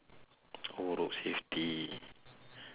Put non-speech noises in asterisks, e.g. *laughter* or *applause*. *noise* oh rope safety